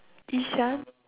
ishan